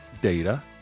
Data